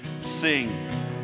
sing